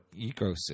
ecosystem